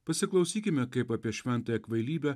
pasiklausykime kaip apie šventąją kvailybę